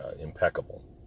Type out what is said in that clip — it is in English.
impeccable